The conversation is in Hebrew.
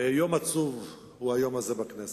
יום עצוב הוא היום הזה בכנסת.